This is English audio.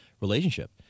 relationship